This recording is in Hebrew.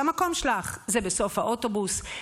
שהמקום שלך זה בסוף האוטובוס,